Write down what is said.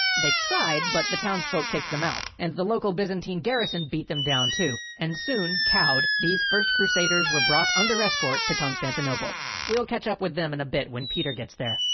they tried. but the town's folk kick them out and the local byzantine garrison beat them down too and soon cowed, these first crusaders were brought under escort to constantinople we'll catch up with them in a bit when peter gets there.